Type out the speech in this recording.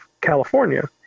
California